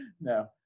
No